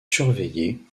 surveillée